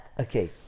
Okay